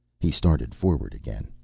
he started forward again.